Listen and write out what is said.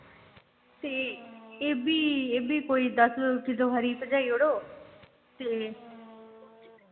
ते एह् बी एह् बी कोई दस किल्लो हारी पजाई ओड़ो ते